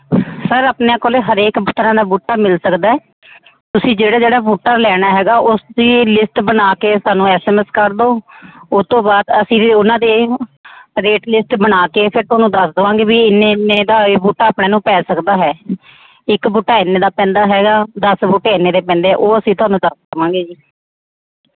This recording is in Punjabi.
ਸਰ ਆਪਣੇ ਕੋਲ ਹਰੇਕ ਤਰ੍ਹਾਂ ਦਾ ਬੂਟਾ ਮਿਲ ਸਕਦਾ ਤੁਸੀਂ ਜਿਹੜਾ ਜਿਹੜਾ ਬੂਟਾ ਲੈਣਾ ਹੈਗਾ ਉਸਦੀ ਲਿਸਟ ਬਣਾ ਕੇ ਸਾਨੂੰ ਐਸ ਐਮ ਐਸ ਕਰ ਦਿਓ ਉਹ ਤੋਂ ਬਾਅਦ ਅਸੀਂ ਵੀ ਉਹਨਾਂ ਦੇ ਰੇਟ ਲਿਸਟ ਬਣਾ ਕੇ ਫਿਰ ਤੁਹਾਨੂੰ ਦੱਸ ਦੇਵਾਂਗੇ ਵੀ ਇੰਨੇ ਇੰਨੇ ਦਾ ਇਹ ਬੂਟਾ ਆਪਾਂ ਨੂੰ ਪੈ ਸਕਦਾ ਹੈ ਇੱਕ ਬੂਟਾ ਇੰਨੇ ਦਾ ਪੈਂਦਾ ਹੈਗਾ ਦਸ ਬੂਟੇ ਇੰਨੇ ਦੇ ਪੈਂਦੇ ਉਹ ਅਸੀਂ ਤੁਹਾਨੂੰ ਦੱਸ ਦੇਵਾਂਗੇ ਜੀ